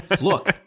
look